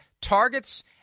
targets